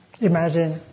Imagine